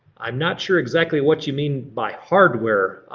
i'm not sure exactly what you mean by hardware.